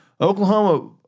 Oklahoma